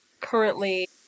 currently